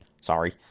Sorry